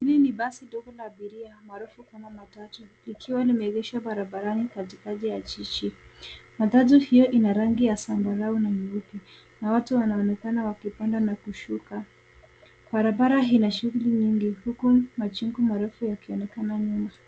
Hii ni basi ndogo ya abiria maarufu kama matatu likiwa limeegeshwa barabarani katikati ya jiji. Matatu hio ina rangi ya zambarau na nyeusi na watu wanaonekana wakipanda na kushuka. Barabara ina shughuli nyingi huku majengo marefu yakionekana nyuma.